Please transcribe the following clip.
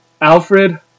Alfred